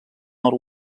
nord